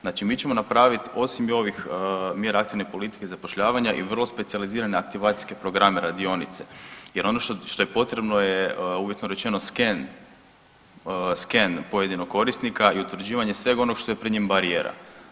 Znači mi ćemo napravit osim ovih mjera aktivne politike zapošljavanja i vrlo specijalizirane aktivacijske programe i radionice jer ono što, što potrebno je uvjetno rečeno sken, sken pojedinog korisnika i utvrđivanje svega onog što je pred njim barijera.